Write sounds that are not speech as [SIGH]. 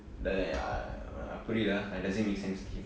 [NOISE] புரிதா:purithaa does it make sense to you